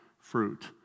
fruit